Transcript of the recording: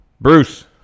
Bruce